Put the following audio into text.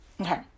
Okay